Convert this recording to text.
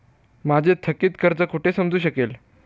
माझे थकीत कर्ज कुठे समजू शकेल?